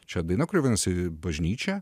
čia daina kuri vadinasi bažnyčia